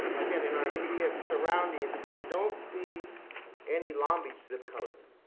again, in our immediate surroundings, but i don't see any long beach zip codes,